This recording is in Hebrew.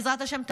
בעזרת השם,